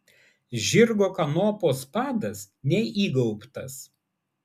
žirgo kanopos padas neįgaubtas